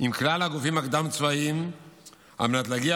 עם כלל הגופים הקדם-צבאיים על מנת להגיע